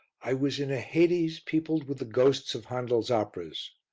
i was in a hades peopled with the ghosts of handel's operas.